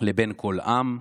לבן כל עם.